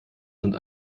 sind